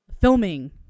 filming